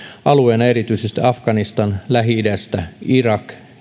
alueina erityisesti afganistan lähi idästä irak